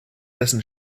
dessen